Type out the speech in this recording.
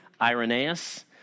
Irenaeus